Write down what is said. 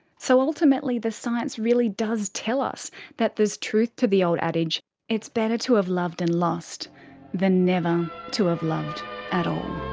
so ultimately the science really does tell us that there is truth to the old adage it's better to have loved and lost than never to have loved at all.